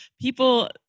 people